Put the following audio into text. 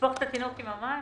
תשפוך את התינוק עם המים?